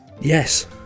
Yes